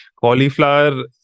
cauliflower